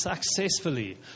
successfully